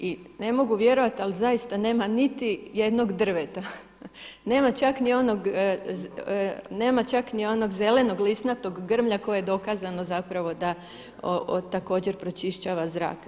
I ne mogu vjerovati, ali zaista nema niti jednog drveta, nema čak ni onog zelenog lisnatog grmlja koje je dokazano zapravo da također pročišćava zrak.